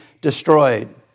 destroyed